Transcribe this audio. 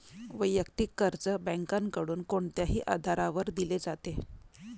वैयक्तिक कर्ज बँकांकडून कोणत्याही आधारावर दिले जाते